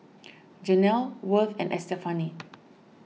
Janel Worth and Estefani